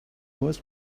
was